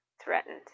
threatened